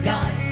God